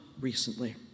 recently